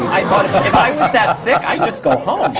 i thought, if i was that sick, i'd just go home!